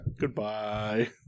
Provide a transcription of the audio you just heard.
goodbye